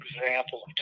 example